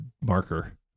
marker